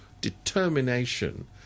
determination